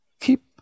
Keep